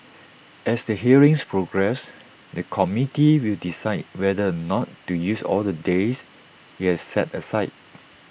as the hearings progress the committee will decide whether or not to use all the days IT has set aside